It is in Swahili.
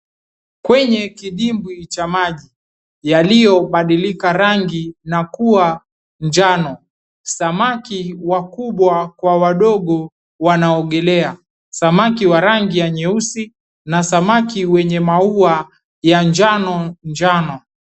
Kwenye kidimbwi cha maji yaliyobadilika rangi na kuwa njano. Samaki wakubwa kwa wadogo wanaogelea. Samaki wa rangi nyeusi na samaki wa maua ya njano njano.